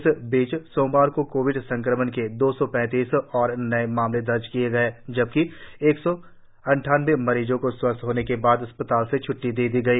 इस बीच सोमवार को कोविड संक्रमण के दौ सौ पैतीस और नए मामले दर्ज किये गए जबकि एक सौ अद्वानबे मरीजों के स्वस्थ हो जाने के बाद उन्हें अस्पतालों से छ्ट्टी दे दी गई